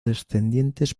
descendientes